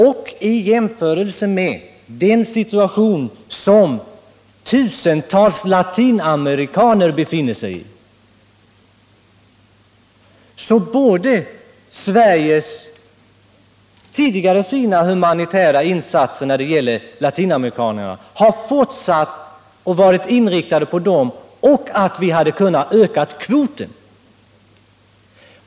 Med tanke på den situation som tusentals latinamerikaner befinner sig i borde Sveriges humanitära insatser även fortsättningsvis inriktas på dem. Vi hade då kunnat öka kvoten för dem.